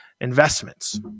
investments